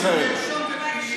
סייענים של נאשם בפלילים.